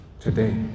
today